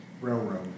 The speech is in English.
railroad